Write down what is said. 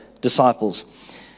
disciples